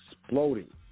exploding